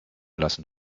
lassen